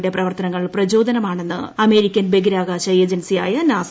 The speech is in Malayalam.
യുടെ പ്രവർത്തനങ്ങൾ പ്രചോദനമാണെന്ന് അമേരിക്കൻ ബഹിരാകാശ ഏജൻസിയായ നാസ